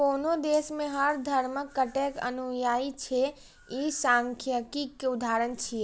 कोनो देश मे हर धर्मक कतेक अनुयायी छै, ई सांख्यिकीक उदाहरण छियै